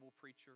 preacher